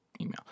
email